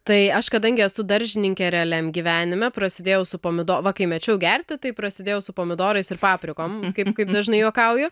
tai aš kadangi esu daržininkė realiam gyvenime prasidėjau su pomido va kai mečiau gerti taip prasėdėjau su pomidorais ir paprikom kaip kaip dažnai juokauju